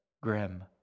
grim